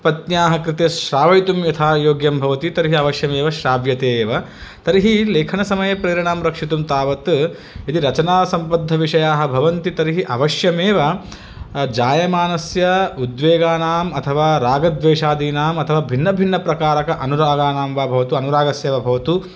पत्न्याः कृते श्रावयितुं यथा योग्यं भवति तर्हि अवश्यमेव श्राव्यते एव तर्हि लेखनसमये प्रेरणां रक्षितुं तावत् यदि रचनासम्बद्धविषयाः भवन्ति तर्हि अवश्यमेव जायमानस्य उद्वेगानाम् अथवा रागद्वेषादीनाम् अथवा भिन्नभिन्नप्रकारक अनुरागानां वा भवतु अनुरागस्य वा भवतु